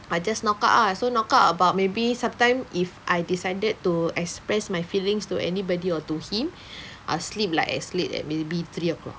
I'll just knockout ah so knockout about maybe sometimes if I decided to express my feelings to anybody or to him I'll sleep like I'll sleep as late as maybe three o'clock